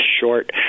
short